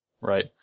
Right